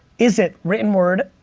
is it written word?